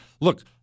Look